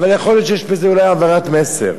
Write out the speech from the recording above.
אבל יכול להיות שיש בזה אולי העברת מסר,